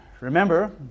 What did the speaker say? Remember